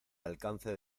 alcance